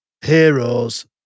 heroes